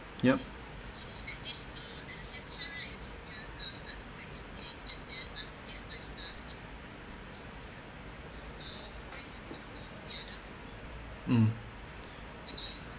yup mm